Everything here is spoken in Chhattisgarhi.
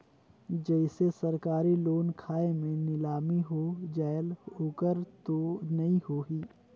जैसे सरकारी लोन खाय मे नीलामी हो जायेल ओकर तो नइ होही?